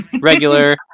regular